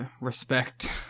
Respect